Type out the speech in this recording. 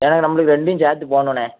எனக்கு நம்மளுக்கு ரெண்டையும் சேர்த்து போடணுண்ண